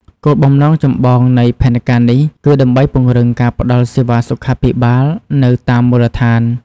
គោលបំណងចម្បងនៃផែនការនេះគឺដើម្បីពង្រឹងការផ្តល់សេវាសុខាភិបាលនៅតាមមូលដ្ឋាន។